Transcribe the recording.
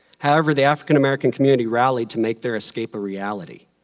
however, the african american community rallied to make their escape a reality.